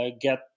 get